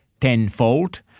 tenfold